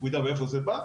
הוא ידע מאיפה זה בא,